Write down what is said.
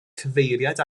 cyfeiriad